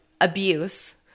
abuse